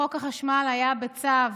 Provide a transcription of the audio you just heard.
חוק החשמל היה בצו